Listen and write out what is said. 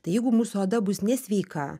tai jeigu mūsų oda bus nesveika